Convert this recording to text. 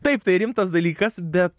taip tai rimtas dalykas bet